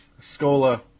Scola